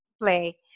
play